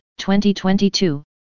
2022